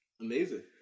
amazing